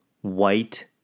white